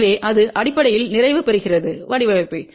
எனவே அது அடிப்படையில் நிறைவு பெறுகிறது வடிவமைப்பு